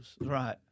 Right